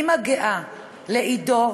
אימא גאה לעידו,